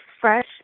fresh